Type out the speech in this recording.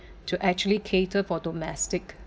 to actually cater for domestic